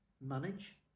Manage